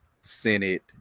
senate